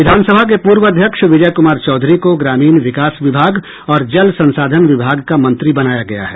विधानसभा के पूर्व अध्यक्ष विजय कुमार चौधरी को ग्रामीण विकास विभाग और जल संसाधन विभाग का मंत्री बनाया गया है